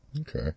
Okay